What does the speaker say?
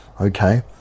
Okay